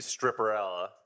Stripperella